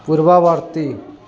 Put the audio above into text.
ପୂର୍ବବର୍ତ୍ତୀ